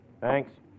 Thanks